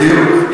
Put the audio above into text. בדיוק.